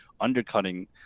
undercutting